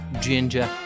Ginger